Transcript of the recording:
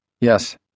Yes